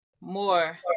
more